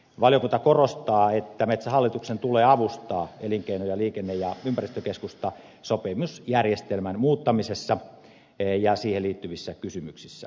valiokunta korostaa että metsähallituksen tulee avustaa elinkeino liikenne ja ympäristökeskusta sopimusjärjestelmän muuttamisessa ja siihen liittyvissä kysymyksissä